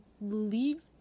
leave